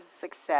success